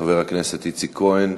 חבר הכנסת איציק כהן,